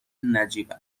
نجیبن